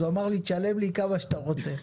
אז הוא אמר לי תשלם לי כמה שאתה רוצה,